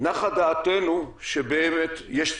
נחה דעתנו שבאמת יש צורך,